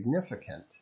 significant